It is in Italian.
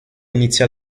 inizia